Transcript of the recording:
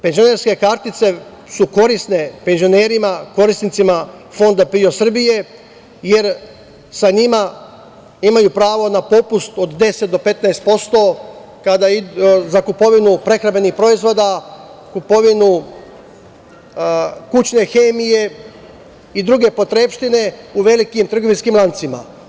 Penzionerske kartice su korisne penzionerima korisnicima Fonda PIO Srbije jer sa njima imaju pravo na popust od 10 do 15% za kupovinu prehrambenih proizvoda, kupovinu kućne hemije i druge potrepštine u velikim trgovinskim lancima.